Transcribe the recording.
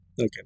Okay